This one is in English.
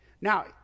Now